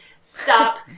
Stop